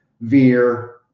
Veer